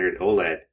oled